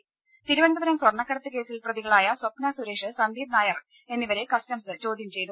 രുമ തിരുവനന്തപുരം സ്വർണ്ണക്കടത്ത് കേസിൽ പ്രതികളായ സ്വപ്ന സുരേഷ് സന്ദീപ് നായർ എന്നിവരെ കസ്റ്റംസ് ചോദ്യം ചെയ്തു